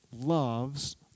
loves